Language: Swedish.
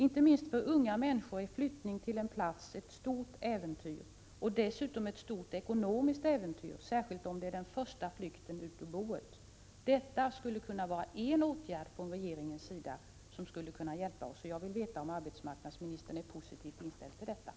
Inte minst för unga människor är flyttning till en annan plats ett stort äventyr — det är bl.a. ett stort ekonomiskt äventyr, särskilt om det är den första flykten från boet. Det här skulle kunna vara en åtgärd från regeringens sida för att hjälpa till. Jag skulle vilja veta om arbetsmarknadsministern är positivt inställd till åtgärden.